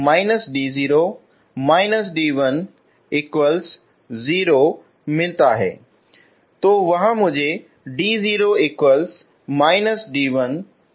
तो वह मुझे d0−d1 देगा